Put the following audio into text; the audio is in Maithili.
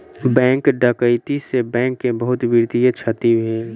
बैंक डकैती से बैंक के बहुत वित्तीय क्षति भेल